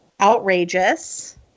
outrageous